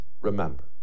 remember